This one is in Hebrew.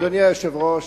אדוני היושב-ראש,